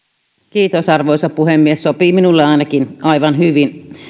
kiitos arvoisa puhemies sopii minulle ainakin aivan hyvin